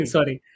Sorry